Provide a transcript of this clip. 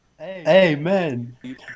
Amen